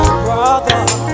brother